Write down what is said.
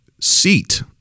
seat